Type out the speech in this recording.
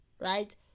right